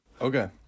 Okay